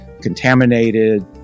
contaminated